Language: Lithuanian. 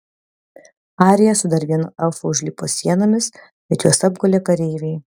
arija su dar vienu elfu užlipo sienomis bet juos apgulė kareiviai